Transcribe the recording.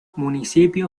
municipio